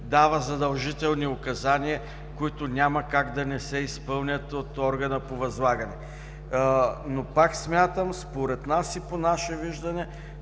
дава задължителни указания, които няма как да не се изпълнят от органа по възлагане. Според нас и по наше виждане,